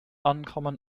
uncommon